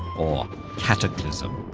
or cataclysm.